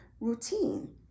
routine